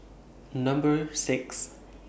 Number six